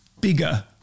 bigger